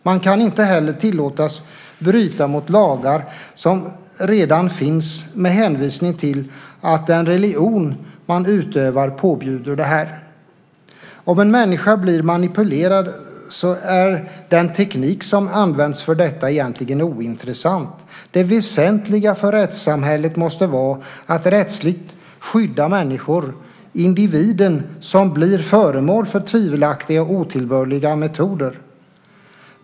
Man kan inte heller tillåtas bryta mot lagar som redan finns med hänvisning till att den religion man utövar påbjuder detta. Om en människa blir manipulerad är den teknik som används för detta ointressant. Det väsentliga för rättssamhället måste vara att rättsligt skydda människor, individen som blir föremål för tvivelaktiga och otillbörliga metoder.